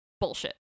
bullshit